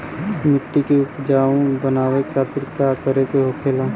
मिट्टी की उपजाऊ बनाने के खातिर का करके होखेला?